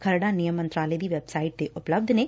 ਖਰੜਾ ਨਿਯਮ ਮੰਤਰਾਲੇ ਦੀ ਵੈਬਸਾਈਟ ਤੇ ਉਪਲੱਬਧ ਨੇ